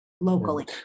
locally